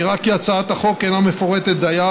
נראה כי הצעת החוק אינה מפורטת דייה